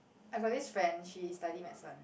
I got this friend she study medicine